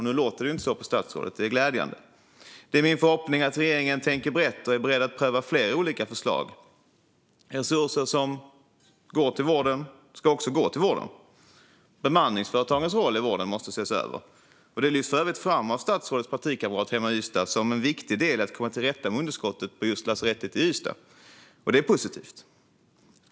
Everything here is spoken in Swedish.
Nu låter det inte så på statsrådet, och det är glädjande. Det är min förhoppning att regeringen tänker brett och är beredd att pröva flera olika förslag. Resurser som ska gå till vården ska också gå till vården. Bemanningsföretagens roll i vården måste ses över. Det lyfts för övrigt fram av statsrådets partikamrat hemma i Ystad som en viktig del i att komma till rätta med underskottet på lasarettet i Ystad. Det är positivt.